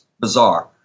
bizarre